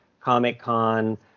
Comic-Con